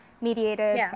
mediated